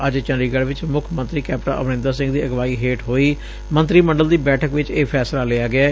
ਅੱਜ ਚੰਡੀਗੜ ਚ ਮੁੱਖ ਮੰਤਰੀ ਕੈਪਟਨ ਅਮਰਿੰਦਰ ਸਿੰਘ ਦੀ ਅਗਵਾਈ ਹੇਠ ਹੋਈ ਮੰਤਰੀ ਮੰਡਲ ਦੀ ਬੈਠਕ ਚ ਇਹ ਫੈਸਲਾ ਲਿਆ ਗਿਐ